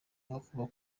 kubakwa